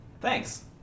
Thanks